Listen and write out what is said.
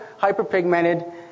hyperpigmented